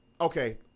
okay